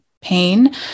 pain